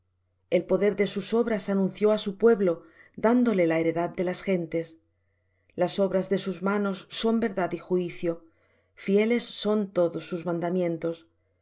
el poder de sus obras anunció á su pueblo dándole la heredad de las gentes las obras de sus manos son verdad y juicio fieles son todos sus mandamientos